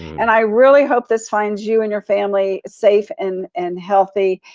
and i really hope this finds you and your family safe and and healthy.